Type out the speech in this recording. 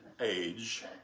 age